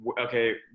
okay